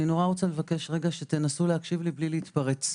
אני רוצה לבקש שתנסו להקשיב לי בלי להתפרץ.